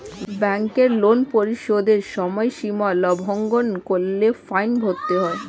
ব্যাংকের লোন পরিশোধের সময়সীমা লঙ্ঘন করলে ফাইন ভরতে হয়